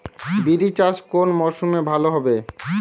বিরি চাষ কোন মরশুমে ভালো হবে?